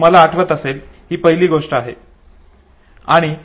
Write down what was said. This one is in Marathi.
तुम्हाला आठवत असेल ही पहिली गोष्ट होती